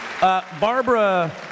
Barbara